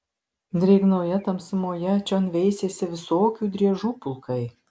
drėgnoje tamsumoje čion veisėsi visokių driežų pulkai